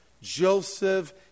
Joseph